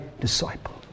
disciple